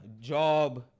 job